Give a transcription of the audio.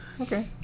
Okay